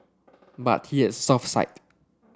but he had a soft side